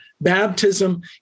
Baptism